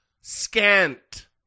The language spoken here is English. scant